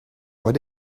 what